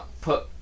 put